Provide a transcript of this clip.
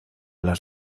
las